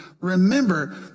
Remember